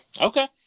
Okay